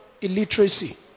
illiteracy